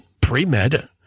pre-med